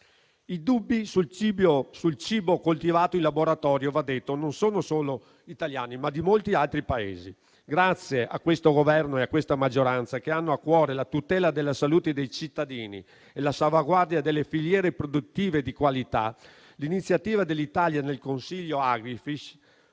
I dubbi sul cibo coltivato in laboratorio - va detto - sono non solo italiani, ma anche molti altri Paesi. Grazie a questo Governo e a questa maggioranza, che hanno a cuore la tutela della salute dei cittadini e la salvaguardia delle filiere produttive di qualità, l'iniziativa dell'Italia nel Consiglio Agrifish